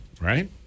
Right